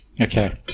Okay